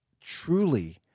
truly